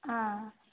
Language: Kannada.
ಹಾಂ